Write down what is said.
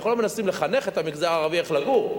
אנחנו לא מנסים לחנך את המגזר הערבי איך לגור.